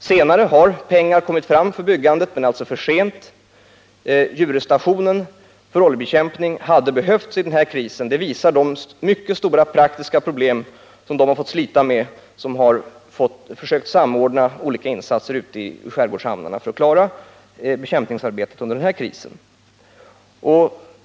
Senare har pengar för byggandet anslagits, men alltså för sent. Djuröstationen för oljebekämpning hade behövts under den här krisen, vilket visas av de mycket stora praktiska problem som den personal fått slita med som har försökt att samordna insatserna ute i skärgårdshamnarna.